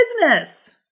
business